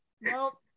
Nope